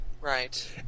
right